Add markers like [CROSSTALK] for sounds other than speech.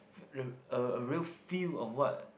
[NOISE] a a real feel of what